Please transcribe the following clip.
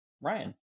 Ryan